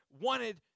wanted